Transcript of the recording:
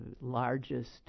largest